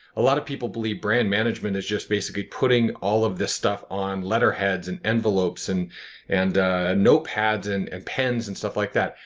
a lot of people believe brand management is just basically putting all of this stuff on letterheads and envelopes and and notepads and and pens and stuff like that.